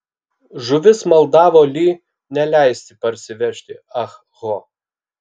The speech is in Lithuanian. žuvis maldavo li neleisti parsivežti ah ho